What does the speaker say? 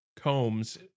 Combs